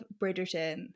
Bridgerton